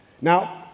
Now